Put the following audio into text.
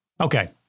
Okay